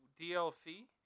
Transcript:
DLC